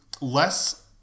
less